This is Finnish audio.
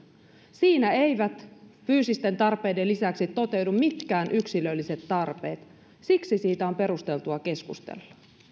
siinä eivät fyysisten tarpeiden lisäksi toteudu mitkään yksilölliset tarpeet siksi siitä on perusteltua keskustella